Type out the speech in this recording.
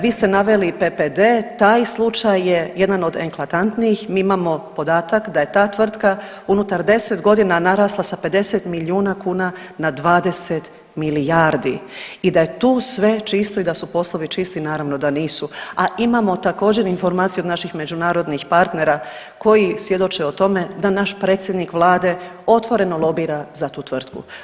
Vi ste naveli PPD, taj slučaj je jedan od eklatantnijih, mi imamo podatak da je ta tvrtka unutar 10.g. narasla sa 50 milijuna kuna na 20 milijardi i da je tu sve čisto i da su poslovi čisti, naravno da nisu, a imamo također informaciju od naših međunarodnih partnera koji svjedoče o tome da naš predsjednik vlade otvoreno lobira za tu tvrtku.